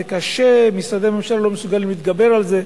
שזה קשה ושמשרדי הממשלה לא מסוגלים להתגבר על זה.